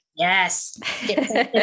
Yes